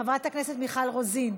חברת הכנסת מיכל רוזין,